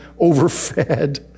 overfed